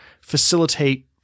facilitate